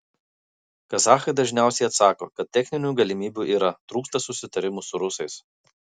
kazachai dažniausiai atsako kad techninių galimybių yra trūksta susitarimų su rusais